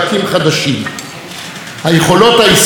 היכולות הישראליות בחקלאות,